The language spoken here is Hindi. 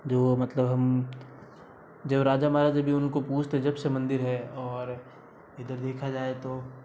जो मतलब हम जो राजा महाराजा भी उन को पूजते जब से मंदिर है और इधर देखा जाए तो